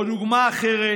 דוגמה אחרת: